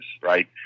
right